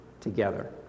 together